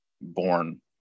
born